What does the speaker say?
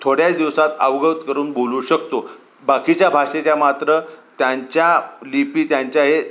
थोड्याच दिवसात अवगत करून बोलू शकतो बाकीच्या भाषेच्या मात्र त्यांच्या लिपी त्यांच्या हे